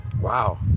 Wow